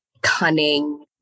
cunning